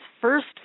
first